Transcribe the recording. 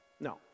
No